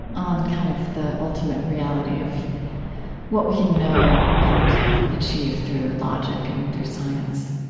on, kind of, the ultimate reality of what we can know and achieve through logic and through science?